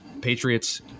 Patriots